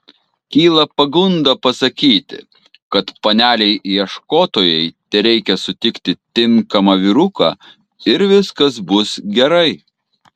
kyla pagunda pasakyti kad panelei ieškotojai tereikia sutikti tinkamą vyruką ir viskas bus gerai